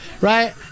right